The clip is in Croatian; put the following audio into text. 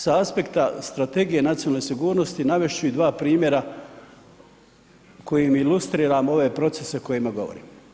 Sa aspekta Strategije nacionalne sigurnosti navest ću i dva primjera kojim ilustriram ove procese o kojima govorim.